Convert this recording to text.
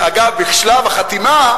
שאגב, בשלב החתימה,